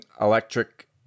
electric